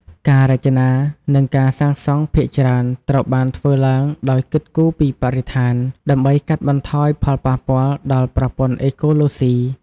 ការរចនា និងការសាងសង់ភាគច្រើនត្រូវបានធ្វើឡើងដោយគិតគូរពីបរិស្ថាន ដើម្បីកាត់បន្ថយផលប៉ះពាល់ដល់ប្រព័ន្ធអេកូឡូស៊ី។